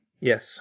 Yes